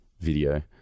video